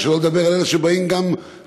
שלא לדבר על אלה שבאים מתל-אביב,